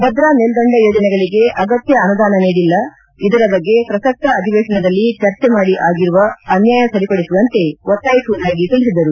ಭದ್ರಾ ಮೇಲ್ದಂಡೆ ಯೋಜನೆಗಳಿಗೆ ಅಗತ್ಯ ಅನುದಾನ ನೀಡಿಲ್ಲ ಇದರ ಬಗ್ಗೆ ಪ್ರಸಕ್ತ ಅಧಿವೇತನದಲ್ಲಿ ಚರ್ಚೆ ಮಾಡಿ ಆಗಿರುವ ಅನ್ಯಾಯ ಸರಿಪಡಿಸುವಂತೆ ಒತ್ತಾಯಿಸುವುದಾಗಿ ಹೇಳಿದರು